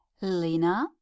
Lena